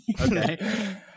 Okay